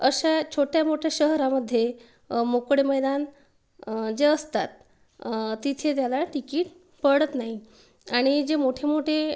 अशा छोट्या मोठ्या शहरामध्ये मोकळे मैदान जे असतात तिथे त्याला टिकीट पडत नाही आणि जे मोठे मोठे